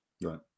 Right